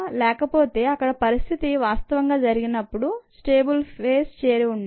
లేకపోతే అక్కడ పరిస్థతి వాస్తవంగా జరిగినప్పుడు స్టేబుల్ ఫేస్ చేరి ఉండేది